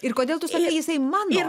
ir kodėl tu sakai jisai mano